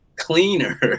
Cleaner